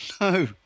no